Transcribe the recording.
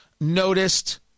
noticed